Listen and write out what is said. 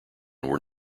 were